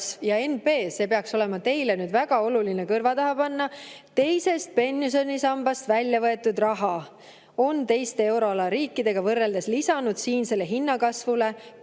ja NB!, see peaks olema teil nüüd väga oluline kõrva taha panna: teisest pensionisambast väljavõetud raha on teiste euroala riikidega võrreldes lisanud siinsele hinnakasvule